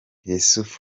yussuf